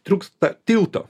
trūksta tilto